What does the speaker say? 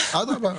אדרבה.